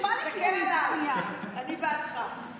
כן, זו פנייה, ככה כתוב בחוק.